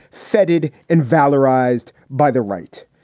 setted and valorized by the right.